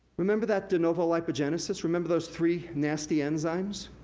remember that de novo lipogenesis? remember those three nasty enzymes?